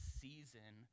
season